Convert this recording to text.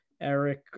Eric